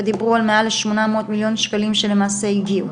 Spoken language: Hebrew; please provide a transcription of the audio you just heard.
ודיברו על מעל שמונה מאות מיליון שקלים שלמעשה הגיעו,